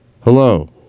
hello